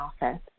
office